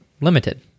limited